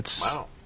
Wow